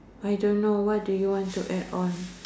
I don't know what do you want to add on